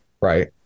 Right